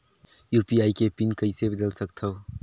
UPI के PIN कइसे बदल सकथव?